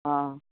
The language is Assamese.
অঁ